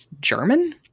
German